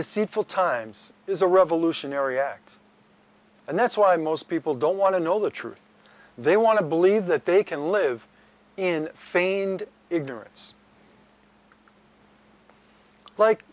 deceitful times is a revolutionary act and that's why most people don't want to know the truth they want to believe that they can live in feigned ignorance like